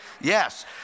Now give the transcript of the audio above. Yes